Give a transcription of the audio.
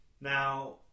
Now